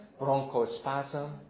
bronchospasm